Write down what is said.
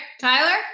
Tyler